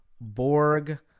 Borg